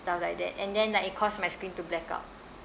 stuff like that and then like it caused my screen to blackout